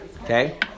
Okay